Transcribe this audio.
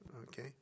Okay